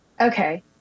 okay